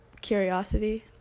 curiosity